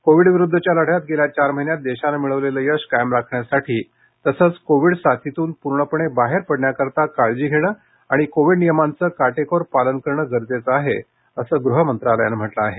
कोविडविरुद्धच्या लढ्यात गेल्या चार महिन्यात देशानं मिळवलेलं यश कायम राखण्यासाठी तसंच कोविड साथीतून पूर्णपणे बाहेर पडण्याकरता काळजी घेणं आणि कोविड नियमांचं कोटेकोर पालन करणं गरजेचं आहे असं गृह मंत्रालयानं म्हटलं आहे